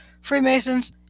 Freemasons